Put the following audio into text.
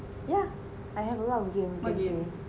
yeah I have a lot of game to play with you